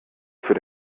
für